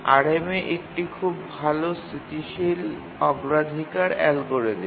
RMA একটি খুব ভাল স্থিতিশীল অগ্রাধিকার অ্যালগরিদম